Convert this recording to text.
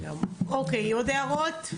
אוקיי, עוד הערות?